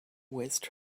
waste